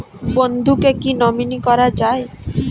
বন্ধুকে কী নমিনি করা যায়?